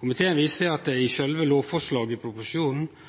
Komiteen viser til sjølve lovforslaget i proposisjonen, og ved ein openberr inkurie er det i